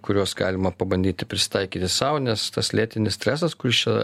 kuriuos galima pabandyti pritaikyti sau nes tas lėtinis stresas kuris čia